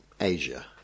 asia